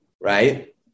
right